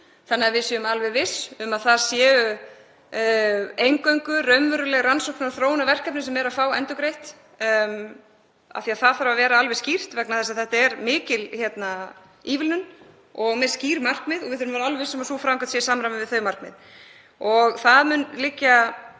þannig að við séum alveg viss um að það séu eingöngu raunveruleg rannsóknar- og þróunarverkefni sem fá endurgreitt. Það þarf að vera alveg skýrt vegna þess að þetta er mikil ívilnun og með skýr markmið og við þurfum að vera alveg viss um að sú framkvæmd sé í samræmi við þau markmið. Niðurstaða